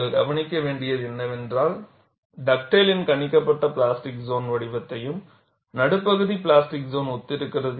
நீங்கள் கவனிக்க வேண்டியது என்னவென்றால் டக்டேலின் கணிக்கப்பட்ட பிளாஸ்டிக் சோன் வடிவத்தை நடுப்பகுதி பிளாஸ்டிக் சோன் ஒத்திருக்கிறது